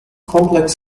complex